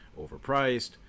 overpriced